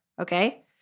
okay